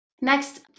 Next